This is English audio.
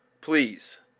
Please